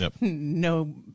no